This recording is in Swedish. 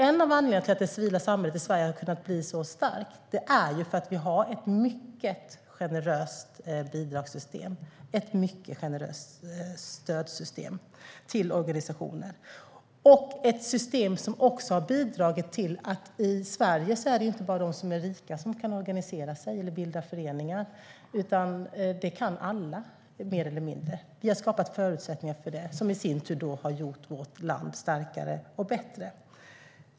En av anledningarna till att det civila samhället i Sverige har kunnat bli så starkt är att vi har ett mycket generöst bidragssystem. Det är ett mycket generöst stödsystem för organisationer. Det är ett system som också bidrar till att det i Sverige inte bara är de som är rika som kan organisera sig eller bilda föreningar. Det kan alla, mer eller mindre. Vi har skapat förutsättningar för det. Det har i sin tur gjort vårt land starkare och bättre.